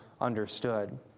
understood